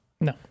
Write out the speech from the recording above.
No